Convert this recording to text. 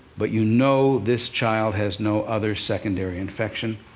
but you know this child has no other secondary infection.